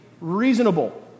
reasonable